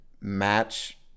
match